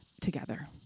together